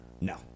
No